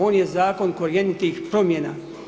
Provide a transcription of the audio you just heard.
On je zakon korjenitih promjena.